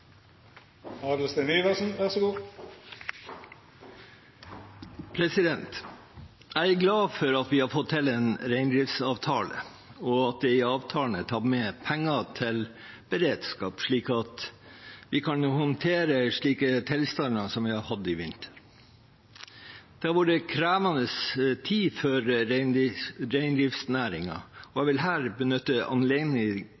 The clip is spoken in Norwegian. glad for at vi har fått til en reindriftsavtale, og at det i avtalen er tatt med penger til beredskap slik at vi kan håndtere slike tilstander som vi har hatt i vinter. Det har vært en krevende tid for reindriftsnæringen, og